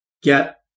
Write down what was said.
get